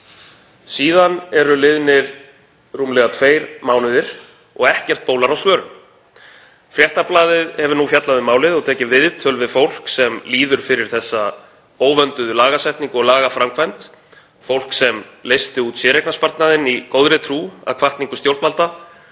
Síðan eru liðnir rúmlega tveir mánuðir og ekkert bólar á svörum. Fréttablaðið hefur nú fjallað um málið og tekið viðtöl við fólk sem líður fyrir þessa óvönduðu lagasetningu og lagaframkvæmd, fólk sem leysti út séreignarsparnaðinn í góðri trú að hvatningu stjórnvalda